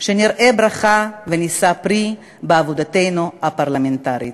שנראה ברכה ונישא פרי בעבודתנו הפרלמנטרית.